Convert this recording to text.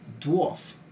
dwarf